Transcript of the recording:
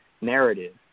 narrative